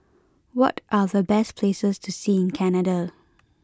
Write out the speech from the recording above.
what are the best places to see in Canada